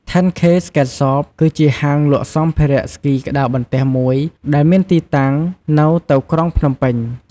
ធេន ឃេ ស្កេត ហ្សប (10K Skatesshop) គឺជាហាងលក់សម្ភារៈស្គីក្ដារបន្ទះមួយដែលមានទីតាំងនៅទៅក្រុងភ្នំពេញ។